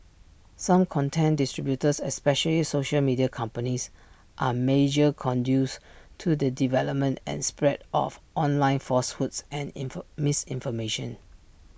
such content distributors especially social media companies are major conduits to the development and spread of online falsehoods and misinformation